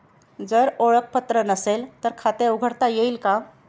जर ओळखपत्र नसेल तर खाते उघडता येईल का?